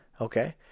Okay